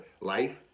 life